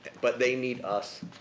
but, they need us,